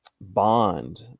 bond